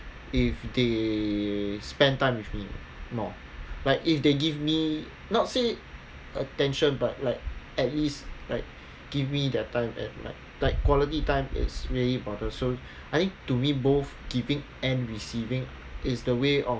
if they spend time with me more like if they give me not say attention but like at least like give me their time and like like quality time is way important so I think to me both giving and receiving is the way of